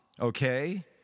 Okay